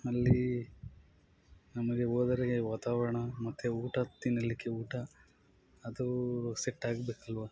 ಅಲ್ಲಿ ನಮಗೆ ಹೋದವರಿಗೆ ವಾತಾವರಣ ಮತ್ತು ಊಟ ತಿನ್ನಲಿಕ್ಕೆ ಊಟ ಅದೂ ಸೆಟ್ಟಾಗಬೇಕಲ್ವ